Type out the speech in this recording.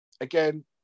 Again